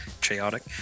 chaotic